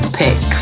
pick